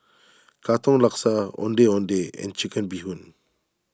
Katong Laksa Ondeh Ondeh and Chicken Bee Hoon